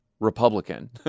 Republican